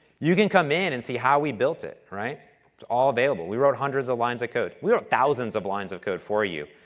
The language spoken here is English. you can come in and see how we built it, right? it's all available. we wrote hundreds of lines of code. we wrote thousands of lines of code for you.